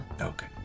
Okay